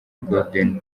golden